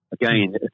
Again